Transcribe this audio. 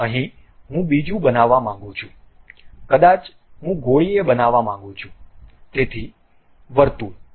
અહીં હું બીજું બનાવવા માંગું છું કદાચ હું ગોળીય બનાવવા માંગું છું તેથી વર્તુળ